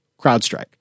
CrowdStrike